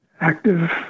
active